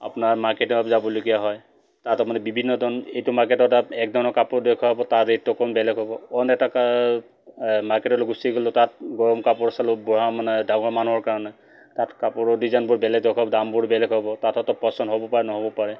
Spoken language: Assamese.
আপোনাৰ মাৰ্কেটত যাবলগীয়া হয় তাত মানে বিভিন্ন ধৰণৰ এইটো মাৰ্কেটত তাত এক ধৰণৰ কাপোৰ দেখুৱাব তাৰ ৰেটটো অকমান বেলেগ হ'ব অইন এটা মাৰ্কেটলৈ গুচি গ'লোঁ তাত গৰম কাপোৰ চালোঁ বুঢ়া মানে ডাঙৰ মানুহৰ কাৰণে তাত কাপোৰৰ ডিজাইনবোৰ বেলেগ হ'ব দামবোৰ বেলেগ হ'ব তাতো পচন্দ হ'ব পাৰে নহ'ব পাৰে